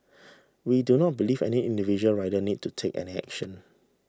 we do not believe any individual rider needs to take any action